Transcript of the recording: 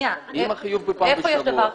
איפה יש דבר כזה?